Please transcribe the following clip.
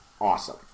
awesome